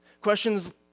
Questions